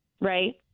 right